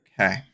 Okay